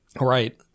Right